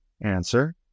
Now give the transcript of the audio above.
Answer